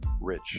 rich